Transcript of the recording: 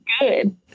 good